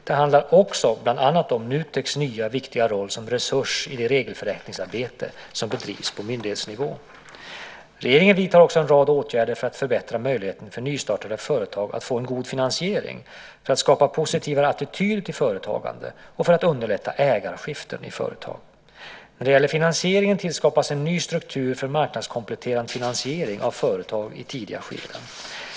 Det handlar också bland annat om Nuteks nya viktiga roll som resurs i det regelförenklingsarbete som bedrivs på myndighetsnivå. Regeringen vidtar också en rad åtgärder för att förbättra möjligheten för nystartade företag att få en god finansiering, för att skapa positivare attityder till företagande och för att underlätta ägarskiften i företag. När det gäller finansieringen tillskapas en ny struktur för marknadskompletterande finansiering av företag i tidiga skeden.